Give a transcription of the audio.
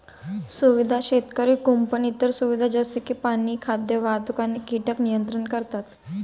सुविधा शेतकरी कुंपण इतर सुविधा जसे की पाणी, खाद्य, वाहतूक आणि कीटक नियंत्रण करतात